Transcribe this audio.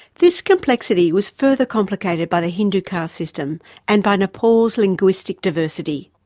this complexity was further complicated by the hindu caste system and by nepal's linguistic diversity.